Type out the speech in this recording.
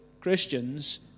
Christians